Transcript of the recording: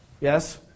Yes